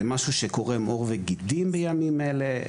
זה משהו שקורם עור וגידים בימים אלה,